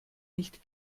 nicht